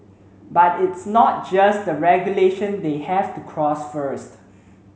but it's not just the regulation they have to cross first